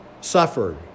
suffered